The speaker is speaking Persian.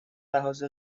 لحاظ